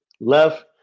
left